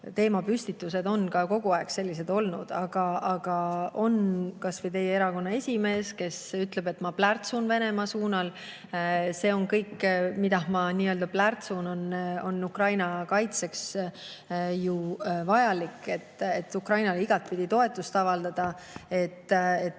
teemapüstitused on kogu aeg sellised olnud. Aga kas või teie erakonna esimees ütleb, et ma plärtsun Venemaa suunal. See kõik, mida ma nii-öelda plärtsun, on Ukraina kaitseks ju vajalik, et Ukrainale igatpidi toetust avaldada, et